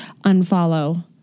unfollow